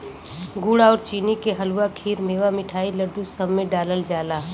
गुड़ आउर चीनी के हलुआ, खीर, मेवा, मिठाई, लड्डू, सब में डालल जाला